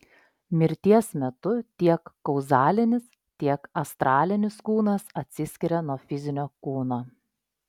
mirties metu tiek kauzalinis tiek astralinis kūnas atsiskiria nuo fizinio kūno